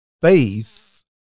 Faith